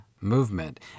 movement